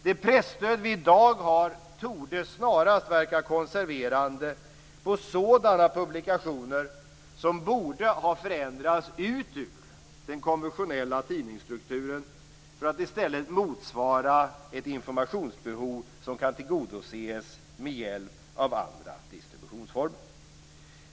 Det presstöd vi i dag har torde snarast verka konserverande på sådana publikationer som borde ha förändrats ut ur den konventionella tidningsstrukturen för att i stället motsvara ett informationsbehov som kan tillgodoses med hjälp av andra distributionsformer.